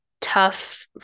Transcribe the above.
tough